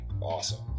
awesome